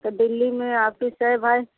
तो दिल्ली में आफिस है भाई